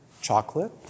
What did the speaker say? chocolate